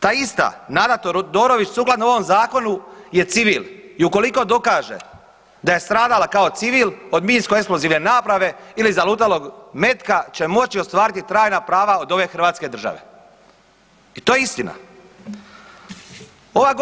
Ta ista Nada Todorović sukladno ovom Zakonu je civil i ukoliko dokaže da je stradala kao civil od minskoeksplozivne naprave ili zalutalog metka će moći ostvariti trajna prava od Hrvatske države i to je istina.